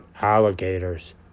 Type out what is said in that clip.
alligators